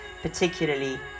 particularly